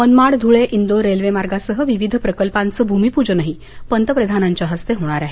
मनमाड धुळे इंदौर रेल्वेमार्गासह विविध प्रकल्पांचं भूमिपूजनही पंतप्रधानांच्या हस्ते होणार आहे